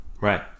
Right